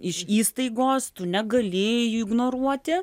iš įstaigos tu negali jų ignoruoti